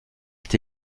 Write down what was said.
est